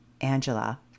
Angela